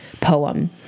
poem